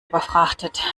überfrachtet